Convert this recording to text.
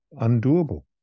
undoable